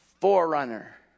Forerunner